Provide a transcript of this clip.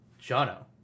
Jono